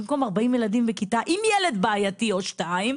במקום 40 ילדים בכיתה עם ילד בעייתי או שניים